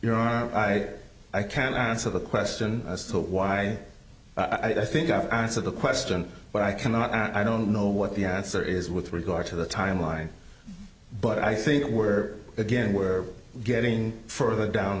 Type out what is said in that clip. honor i i can't answer the question as to why i think i answered the question but i cannot and i don't know what the answer is with regard to the timeline but i think we're again we're getting further down